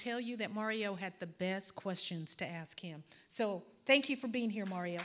tell you that mario had the best questions to ask him so thank you for being here mario